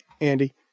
Andy